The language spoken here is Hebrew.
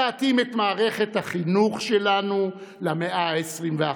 להתאים את מערכת החינוך שלנו למאה ה-21,